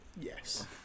yes